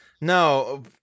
No